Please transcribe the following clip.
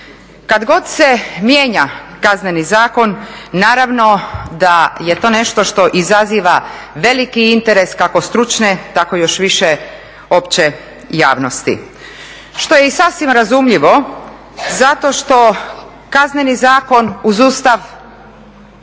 Kad god se mijenja Kazneni zakon, naravno da je to nešto što izaziva veliki interes, kako stručne, tako još više opće javnosti. Što je i sasvim razumljivo zato što Kazneni zakon uz Ustav